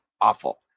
awful